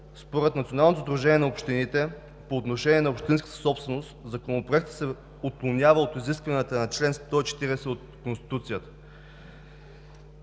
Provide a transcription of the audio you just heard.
Според Националното сдружение на общините по отношение на общинската собственост Законопроектът се отклонява от изискванията на чл. 140 от Конституцията,